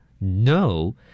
No